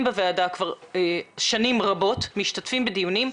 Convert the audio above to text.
בוועדה כבר שנים רבות ומשתתפים בדיוניה.